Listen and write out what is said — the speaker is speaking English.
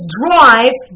drive